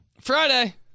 Friday